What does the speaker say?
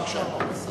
בבקשה, כבוד השר.